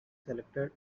selected